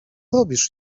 robisz